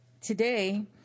today